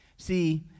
See